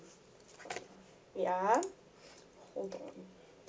wait ah hold on